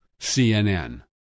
CNN